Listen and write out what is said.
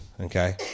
okay